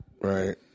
Right